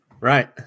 Right